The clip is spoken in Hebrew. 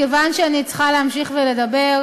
מכיוון שאני צריכה להמשיך ולדבר,